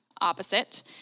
opposite